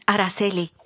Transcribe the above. Araceli